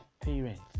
parents